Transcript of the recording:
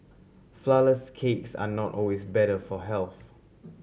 flourless cakes are not always better for health